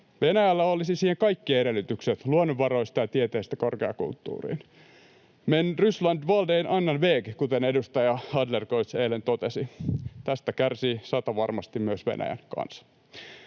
Venäjällä olisi siihen kaikki edellytykset luonnonvaroista ja tieteestä korkeakulttuuriin. ”Men Ryssland valde en annan väg”, kuten edustaja Adlercreutz eilen totesi. Tästä kärsii satavarmasti myös Venäjän kansa.